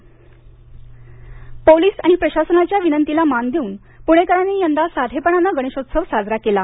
Shisve police आणि प्रशासनाच्या विनंतीला मान देऊन पुणेकरांनी यंदा साधेपणानं गणेशोत्सव साजरा केला